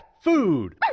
Food